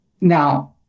Now